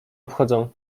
obchodzą